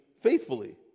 faithfully